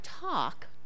talk